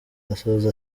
asoza